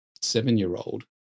seven-year-old